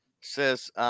Says